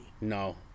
No